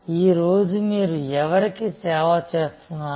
ఈ రోజు మీరు ఎవరికి సేవ చేస్తున్నారు